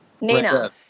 Nina